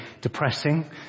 depressing